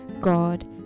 God